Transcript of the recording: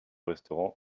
restaurant